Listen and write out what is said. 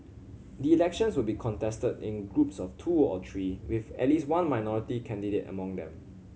the elections would be contested in groups of two or three with at least one minority candidate among them